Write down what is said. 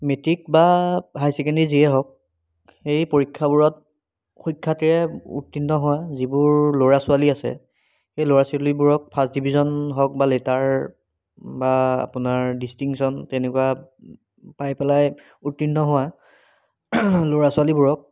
matric বা higher secondary যিয়ে হওক সেই পৰীক্ষাবোৰত সুখ্যাতিৰে উত্তীৰ্ণ হোৱা যিবোৰ ল'ৰা ছোৱালী আছে এই ল'ৰা ছোৱালীবোৰক ফাৰ্ষ্ট ডিভিজন হওক বা লেটাৰ বা আপোনাৰ ডিষ্টিংশ্যন তেনেকুৱা পাই পেলাই উত্তীৰ্ণ হোৱা ল'ৰা ছোৱালীবোৰক